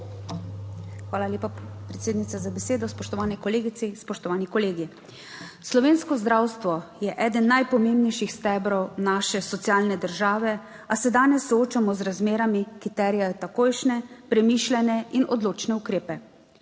Hvala lepa, predsednica, za besedo. Spoštovane kolegice, spoštovani kolegi! Slovensko zdravstvo je eden najpomembnejših stebrov naše socialne države, a se danes soočamo z razmerami, ki terjajo takojšnje, premišljene in odločne ukrepe.